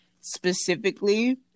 specifically